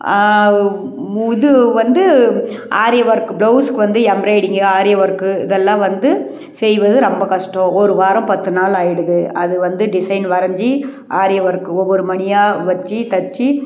உ முது வந்து ஆரி ஒர்க்கு ப்ளவுஸுக்கு வந்து எம்ப்ராய்டிங்கு ஆரி ஒர்க்கு இதெல்லாம் வந்து செய்வது ரொம்ப கஷ்டோம் ஒரு வாரம் பத்து நாள் ஆகிடுது அது வந்து டிசைன் வரைஞ்சி ஆரி ஒர்க் ஒவ்வொரு மணியாக வச்சு தைச்சி